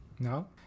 No